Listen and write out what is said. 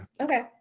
Okay